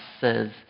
says